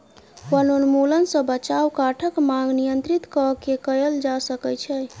वनोन्मूलन सॅ बचाव काठक मांग नियंत्रित कय के कयल जा सकै छै